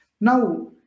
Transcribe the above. Now